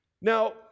Now